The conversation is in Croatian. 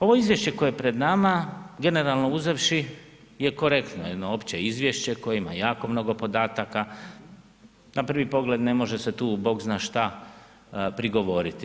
Ovo izvješće koje je pred nama, generalno uzevši je korektno, jedno opće izvješće koje ima jako mnogo podataka, na prvi pogled ne može se tu bog zna šta prigovoriti.